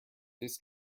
this